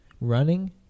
running